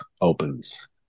opens